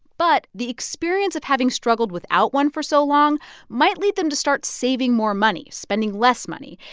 but the experience of having struggled without one for so long might lead them to start saving more money, spending less money.